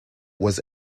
was